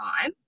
time